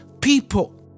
people